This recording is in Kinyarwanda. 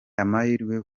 amahirwe